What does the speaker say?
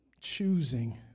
choosing